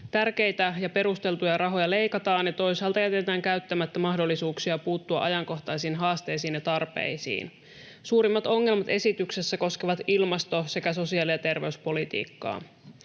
tärkeitä ja perusteltuja rahoja leikataan ja toisaalta jätetään käyttämättä mahdollisuuksia puuttua ajankohtaisiin haasteisiin ja tarpeisiin. Suurimmat ongelmat esityksessä koskevat ilmasto- sekä sosiaali- ja terveyspolitiikkaa.